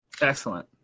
excellent